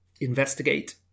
investigate